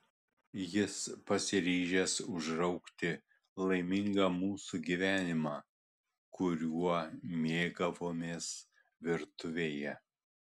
jis pasiryžęs užraukti laimingą mūsų gyvenimą kuriuo mėgavomės virtuvėje